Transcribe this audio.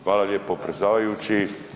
Hvala lijepo predsjedavajući.